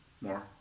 More